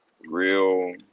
real